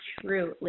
truly